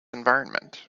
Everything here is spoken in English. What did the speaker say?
environment